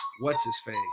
what's-his-face